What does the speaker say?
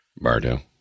Bardo